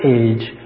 age